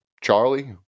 Charlie